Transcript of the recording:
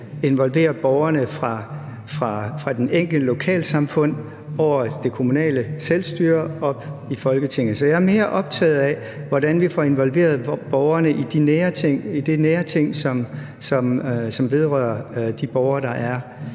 involvere borgerne fra de enkelte lokalsamfund over det kommunale selvstyre og i Folketinget. Så jeg er mere optaget af, hvordan vi får involveret borgerne i de nære ting, som vedrører dem ude i vores